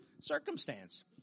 circumstance